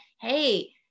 hey